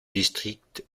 district